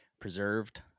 preserved